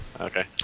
Okay